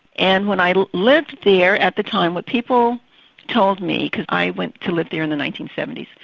and when i lived there, at the time, what people told me, because i went to live there in the nineteen seventy s,